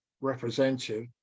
representative